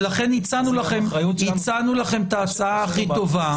ולכן הצענו לכם את ההצעה הכי טובה,